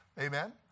Amen